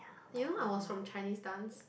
you know i was from Chinese dance